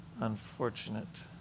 unfortunate